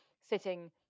sitting